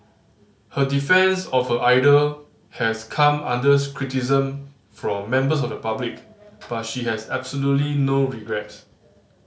her defence of her idol has come under criticism from members of the public but she has absolutely no regrets